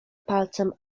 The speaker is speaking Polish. palcem